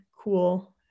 cool